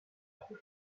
trop